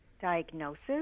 diagnosis